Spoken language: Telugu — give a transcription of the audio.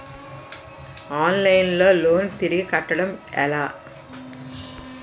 ఆన్లైన్ లో లోన్ తిరిగి కట్టడం ఎలా?